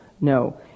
No